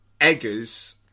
Eggers